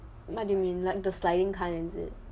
what do you mean like the sliding kind is it